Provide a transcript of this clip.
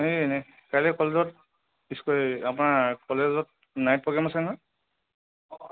এ এনেই কাইলৈ কলেজত আমাৰ কলেজত নাইট প্ৰ'গ্ৰেম আছে নহয়